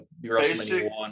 basic